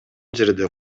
жерде